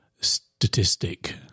statistic